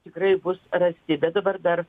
tikrai bus rasti bet dabar dar